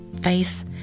faith